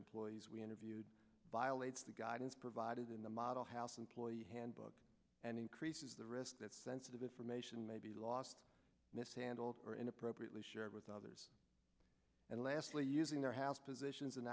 employees we interviewed violates the guidance provided in the model house employee handbook and increases the risk that sensitive information may be lost mishandled or inappropriately shared with others and lastly using their house positions and